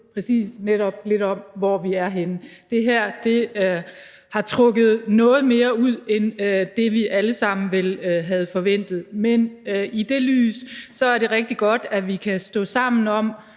jo netop lidt om, hvor vi er henne. Det her har trukket noget mere ud end det, vi vel alle sammen havde forventet, men i det lys er det rigtig godt, at vi kan stå sammen om